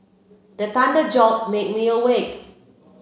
the thunder jolt make me awake